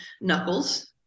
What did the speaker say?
knuckles